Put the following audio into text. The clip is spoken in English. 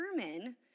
determine